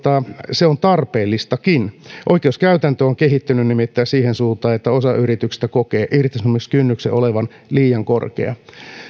se on tarpeellistakin oikeuskäytäntö on kehittynyt nimittäin siihen suuntaan että osa yrityksistä kokee irtisanomiskynnyksen olevan liian korkea